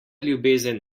ljubezen